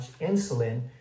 insulin